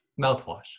Mouthwash